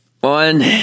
One